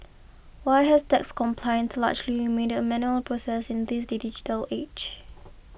why has tax compliance largely remained a manual process in this digital age